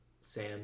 Sam